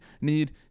need